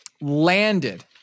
landed